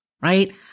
right